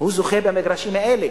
זוכה במגרשים האלה.